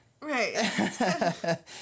Right